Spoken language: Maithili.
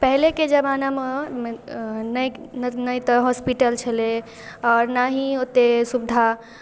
पहिलेके जमानामे नहि नहि तऽ हॉस्पिटल छलै आओर ना ही ओतेक सुविधा आ